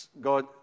God